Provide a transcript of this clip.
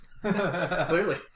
Clearly